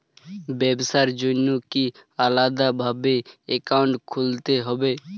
ব্যাবসার জন্য কি আলাদা ভাবে অ্যাকাউন্ট খুলতে হবে?